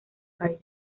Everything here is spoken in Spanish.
país